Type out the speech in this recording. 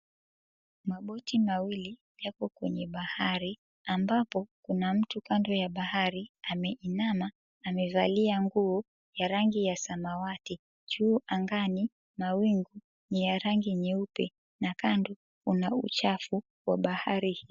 Maboti mawili yapo kwenye bahari ambapo kuna mtu kando ya bahari ameinama amevalia nguo ya rangi ya samawati. Juu angani mawingu ni ya rangi nyeupe na kando kuna uchafu wa bahari hii.